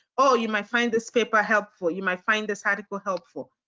oh, you might find this paper helpful. you might find this article helpful.